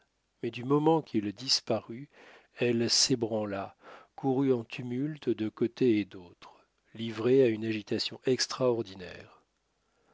mais du moment qu'il disparut elle s'ébranla courut en tumulte de côté et d'autre livrée à une agitation extraordinaire